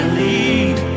lead